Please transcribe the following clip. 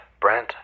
Brent